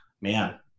man